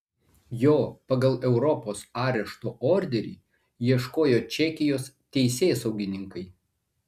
jo pagal europos arešto orderį ieškojo čekijos teisėsaugininkai